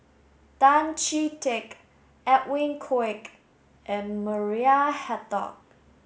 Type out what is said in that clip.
Tan Chee Teck Edwin Koek and Maria Hertogh